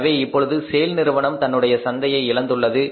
எனவே இப்பொழுது செய்ல் நிறுவனம் தன்னுடைய சந்தையை இழந்துள்ளது